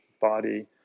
body